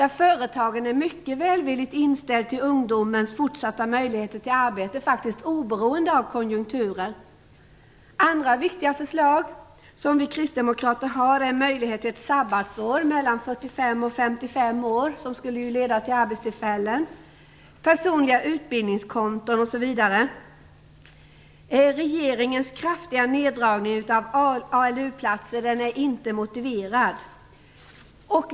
Företagen där är mycket välvilligt inställda till ungdomens fortsatta möjligheter till arbete, oberoende av konjunkturer. Andra viktiga förslag som vi kristdemokrater har gäller möjligheten till ett sabbatsår för dem mellan 45 och 55 år - det skulle leda till arbetstillfällen - personliga utbildningskonton osv. Regeringens kraftiga neddragning av ALU-platser är inte motiverad.